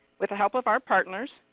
with the help of our partners,